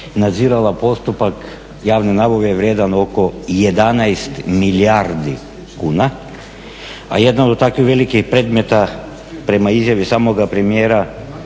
nadzirala postupak javne nabave vrijedan oko 11 milijardi kuna. A jedna od takvih velikih predmeta prema izjavi samoga premijera